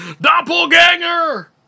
Doppelganger